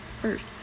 First